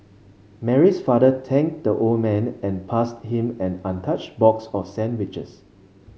Mary's father thanked the old man and passed him an untouched box of sandwiches